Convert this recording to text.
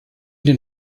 den